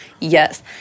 yes